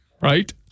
Right